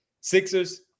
Sixers